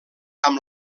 amb